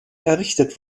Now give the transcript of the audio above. errichtet